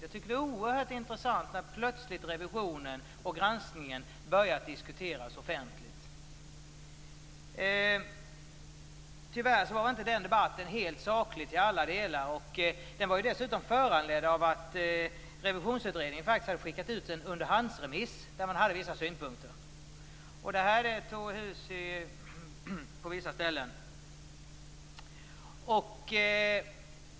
Jag tycker att det är oerhört intressant när plötsligt revisionen och granskningen börjar diskuteras offentligt. Tyvärr var inte den debatten helt saklig i alla delar, och den var dessutom föranledd av att Revisionsutredningen hade skickat ut en underhandsremiss där man hade vissa synpunkter. Det här tog hus i - hrm, hrm - på vissa ställen.